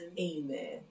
amen